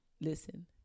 Listen